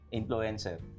influencer